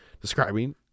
describing